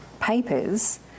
papers